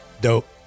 dope